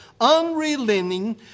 unrelenting